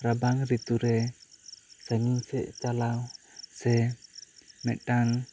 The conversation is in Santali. ᱨᱟᱵᱟᱝ ᱨᱤᱛᱩ ᱨᱮ ᱠᱟᱹᱢᱤ ᱥᱮᱫ ᱪᱟᱞᱟᱣ ᱥᱮ ᱢᱤᱫᱴᱟᱝ